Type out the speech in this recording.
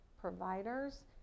providers